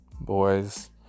boys